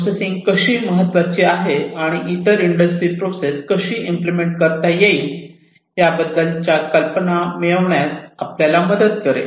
processing कशी महत्त्वाची आहे आणि इंडस्ट्री प्रोसेस कशी इम्प्लिमेंट करता येईल याबद्दल कल्पना मिळविण्यात आपल्याला मदत करेल